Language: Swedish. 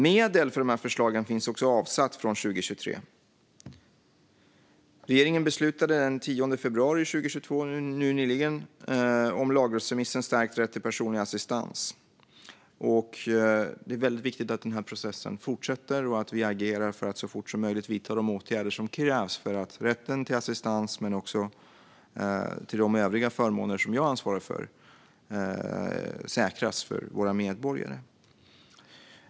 Medel för förslagen finns också avsatta från 2023. Regeringen beslutade nyligen, den 10 februari 2022, om lagrådsremissen Stärkt rätt till personlig assistans . Det är väldigt viktigt att processen fortsätter och att vi agerar för att så fort som möjligt vidta de åtgärder som krävs för att rätten till assistans men också de övriga förmåner som jag ansvarar för säkras för våra medborgare.